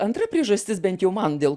antra priežastis bent jau man dėl